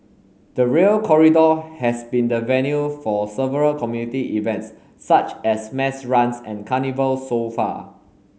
the Rail Corridor has been the venue for several community events such as mass runs and carnivals so far